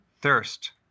thirst